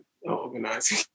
organizing